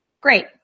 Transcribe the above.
great